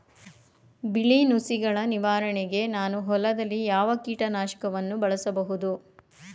ಬಿಳಿ ನುಸಿಗಳ ನಿವಾರಣೆಗೆ ನಾನು ಹೊಲದಲ್ಲಿ ಯಾವ ಕೀಟ ನಾಶಕವನ್ನು ಬಳಸಬಹುದು?